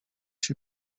się